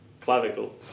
clavicle